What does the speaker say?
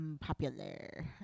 popular